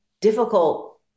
difficult